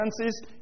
finances